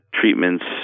treatments